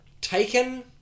taken